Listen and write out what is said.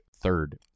third